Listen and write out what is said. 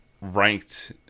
ranked